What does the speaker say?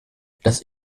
das